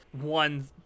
one